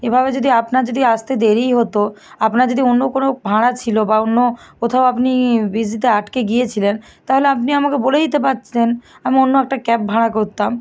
এভাবে যদি আপনার যদি আসতে দেরি হতো আপনার যদি অন্য কোনো ভাড়া ছিলো বা অন্য কোথাও আপনি বিসিতে আটকে গিয়েছিলেন তাহলে আপনি আমাকে বলে দিতে পারতেন আমি অন্য একটা ক্যাব ভাড়া করতাম